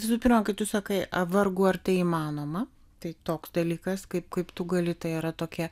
visų pirma kai tu sakai vargu ar tai įmanoma tai toks dalykas kaip kaip tu gali tai yra tokia